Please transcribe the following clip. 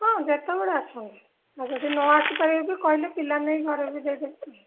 ହଁ ଯେତେବେଳେ ଆସନ୍ତୁ ଆଉ ଯଦି ନ ଆସିପାରିବେ ବି କହିଲେ ପିଲା ନେଇକି ଘରେ ବି ଦେଇଦେବେ